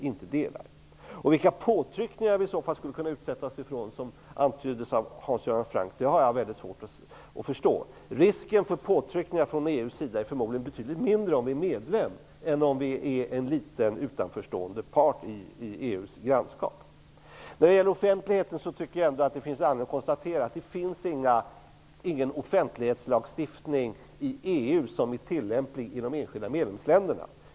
Hans Göran Franck antydde att vi i så fall skulle kunna utsättas för påtryckningar. Det har jag svårt att förstå. Risken för påtryckningar från EU:s sida är förmodligen betydligt mindre om Sverige är medlem än om Sverige är en liten utanförstående part i EU:s grannskap. Det finns inte någon offentlighetslagstiftning i EU som är tillämplig i de enskilda medlemsländerna.